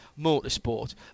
motorsport